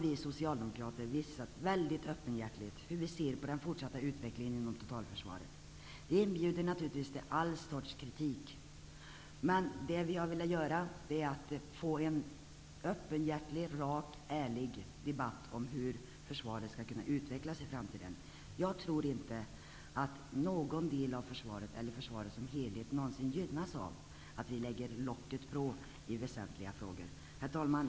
Vi socialdemokrater har nu mycket öppenhjärtigt visat hur vi ser på den fortsatta utvecklingen inom totalförsvaret. Det inbjuder naturligtvis till all sorts kritik. Vi har velat få en öppenhjärtig, rak, ärlig debatt om hur försvaret skall kunna utvecklas i framtiden. Jag tror inte att någon del av försvaret, eller försvaret som helhet, gynnas av att vi lägger locket på i väsentliga frågor. Herr talman!